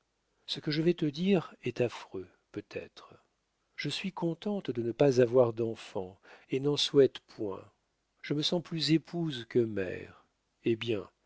ce que je vais te dire est affreux peut-être je suis contente de ne pas avoir d'enfant et n'en souhaite point je me sens plus épouse que mère eh bien